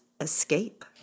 escape